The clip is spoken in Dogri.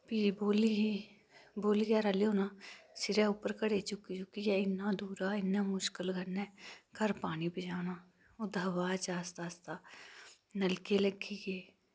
फ्ही बौली ही बौलिये रा लेओना सिरै उप्पर घड़े चुकी चुकिया इन्नै दूरा इन्नै मुशकल कन्नै घर पानी पजाना ओह्दै शा बाद आस्ता आस्ता नलके लग्गी गे